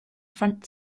front